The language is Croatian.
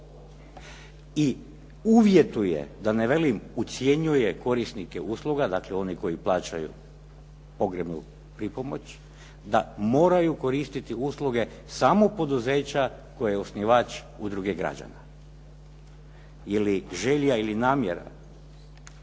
i uvjetuje da ne velim ucjenjuje korisnike usluga, dakle one koji plaćaju pogrebnu pripomoć da moraju koristiti usluge samo poduzeća koje je osnivač udruge građana. Jeli želja i namjera